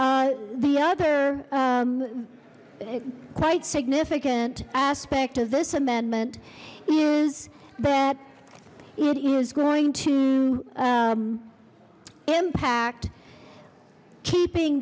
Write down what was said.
d the other quite significant aspect of this amendment is that it is going to impact keeping